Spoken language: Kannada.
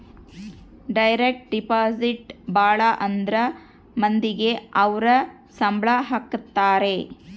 ಡೈರೆಕ್ಟ್ ಡೆಪಾಸಿಟ್ ಭಾಳ ಅಂದ್ರ ಮಂದಿಗೆ ಅವ್ರ ಸಂಬ್ಳ ಹಾಕತರೆ